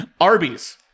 Arby's